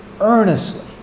earnestly